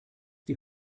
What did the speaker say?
die